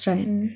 mmhmm